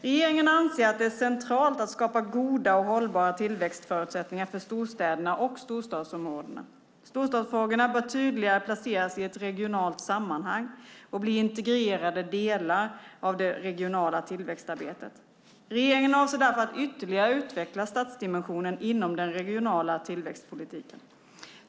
Regeringen anser att det är centralt att skapa goda och hållbara tillväxtförutsättningar för storstäderna och storstadsområdena. Storstadsfrågorna bör tydligare placeras i ett regionalt sammanhang och bli integrerade delar av det regionala tillväxtarbetet. Regeringen avser därför att ytterligare utveckla stadsdimensionen inom den regionala tillväxtpolitiken.